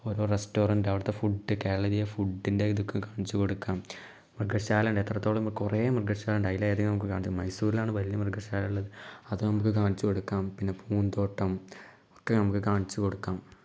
ഓരോ റെസ്റ്റോറൻട് അവിടുത്തെ ഫുഡ് കേരളീയ ഫുഡ്ഡിൻ്റെ ഇതൊക്കെ കാണിച്ചുകൊടുക്കാം മൃഗശാലയുണ്ട് എത്രത്തോള്ളം കുറെ മൃഗശാലയുണ്ട് അതിൽ എന്തെങ്കിലും നമുക്ക് കാണിച്ച മൈസൂരിലാണ് വലിയ മൃഗശാല ഉള്ളത് അത് നമുക്ക് കാണിച്ച് കൊടുക്കാം പിന്നെ പൂന്തോട്ടം ഒക്കെ നമുക്ക് കാണിച്ച് കൊടുക്കാം